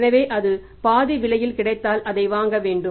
எனவே அது பாதி விலையில் கிடைத்தால் அதை வாங்க வேண்டும்